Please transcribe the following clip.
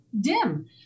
DIM